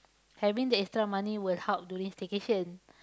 having the extra money will help during staycation